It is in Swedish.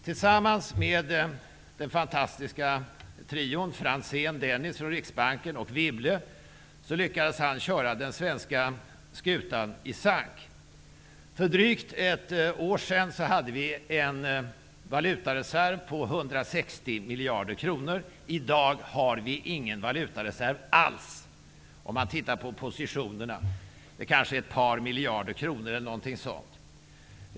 Tillsammans med den fantastiska trion Franzén och Dennis från Riksbanken och Wibble lyckades han köra den svenska skutan i sank. För drygt ett år sedan hade vi en valutareserv på 160 miljarder kronor. I dag har vi ingen valutareserv alls; det kanske finns ett par miljarder kronor.